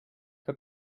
que